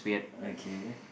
okay